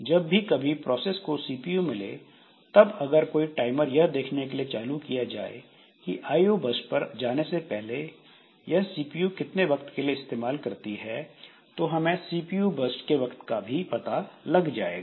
जब भी कभी प्रोसेस को सीपीयू मिले तब अगर कोई टाइमर यह देखने के लिए चालू किया जाए कि आईओ बर्स्ट पर जाने से पहले यह सीपीयू कितने वक्त के लिए इस्तेमाल करती है तो हमें सीपीयू बर्स्ट के वक्त का भी पता लग जाएगा